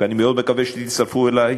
ואני מאוד מקווה שתצטרפו אלי,